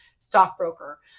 stockbroker